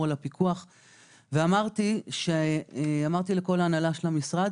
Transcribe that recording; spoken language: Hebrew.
על הפיקוח אמרתי לכל ההנהלה של המשרד